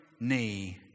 knee